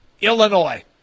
Illinois